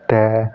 ਟੈ